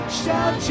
shout